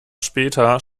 später